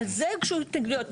על זה הוגשו התנגדויות.